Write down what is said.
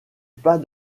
pas